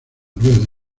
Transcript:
rueda